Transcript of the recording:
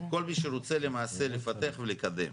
כל מי שרוצה למעשה לפתח ולקדם.